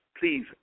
please